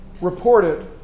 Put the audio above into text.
reported